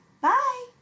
Bye